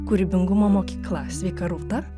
kūrybingumo mokykla sveika rūta